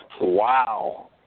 Wow